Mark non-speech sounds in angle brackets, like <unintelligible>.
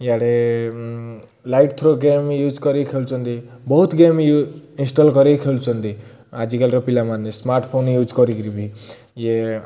ଇଆଡ଼େ light throw game use କରିକି ଖେଳୁଛନ୍ତି ବହୁତ ଗେମ୍ <unintelligible> ଇନଷ୍ଟଲ୍ କରିକି ଖେଳୁଛନ୍ତି ଆଜିକାଲିର ପିଲାମାନେ ସ୍ମାର୍ଟଫୋନ୍ ୟୁଜ୍ କରିକିରି ବି ଇଏ